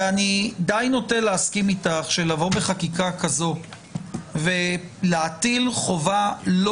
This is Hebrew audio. אני די נוטה להסכים איתך שלבוא בחקיקה כזאת ולהטיל חובה לא